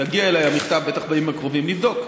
יגיע אליי המכתב בטח בימים הקרובים, נבדוק.